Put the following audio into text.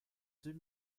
deux